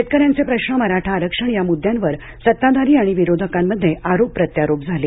शेतकऱ्यांचे प्रश्र मराठा आरक्षण या मुद्यांवर सत्ताधारी आणि विरोधकांमध्ये आरोप प्रत्यारोप झाले